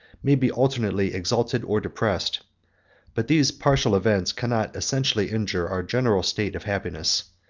may be alternately exalted or depressed but these partial events cannot essentially injure our general state of happiness,